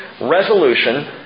resolution